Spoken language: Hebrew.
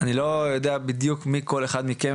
אני לא יודע בדיוק מי כל אחד מכם,